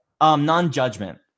Non-judgment